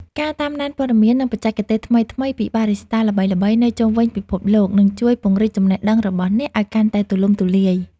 ការតាមដានព័ត៌មាន និងបច្ចេកទេសថ្មីៗពីបារីស្តាល្បីៗនៅជុំវិញពិភពលោក នឹងជួយពង្រីកចំណេះដឹងរបស់អ្នកឱ្យកាន់តែទូលំទូលាយ។